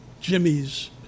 Jimmy's